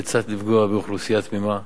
כיצד לפגוע באוכלוסייה תמימה,